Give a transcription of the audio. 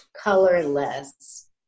colorless